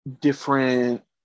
different